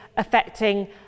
affecting